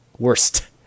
Worst